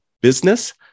business